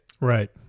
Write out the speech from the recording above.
Right